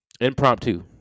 impromptu